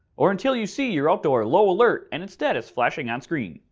or until you see your outdoor lo alert and its status flashing on screen.